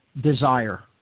desire